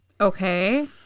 Okay